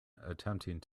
attempting